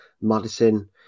Madison